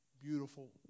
beautiful